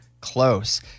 close